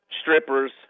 strippers